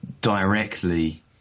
directly